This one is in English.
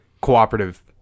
cooperative